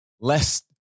less